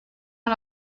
man